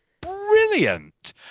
brilliant